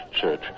church